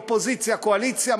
אופוזיציה, קואליציה.